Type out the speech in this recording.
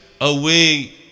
away